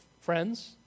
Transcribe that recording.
friends